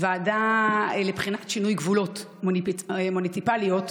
לבחינת שינוי גבולות מוניציפליים,